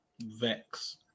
Vex